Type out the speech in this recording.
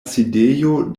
sidejo